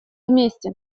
вместе